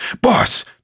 Boss